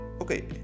Okay